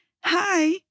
hi